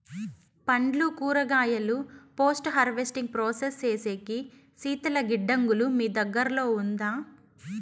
పండ్లు కూరగాయలు post harvesting process సేసేకి శీతల గిడ్డంగులు మీకు దగ్గర్లో ఉందా?